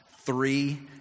three